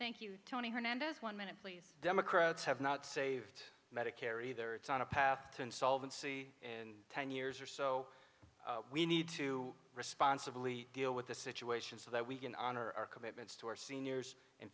thank you tony hernandez one minute please democrats have not saved medicare either it's on a path to insolvency in ten years or so we need to responsibly deal with the situation so that we can honor our commitments to our seniors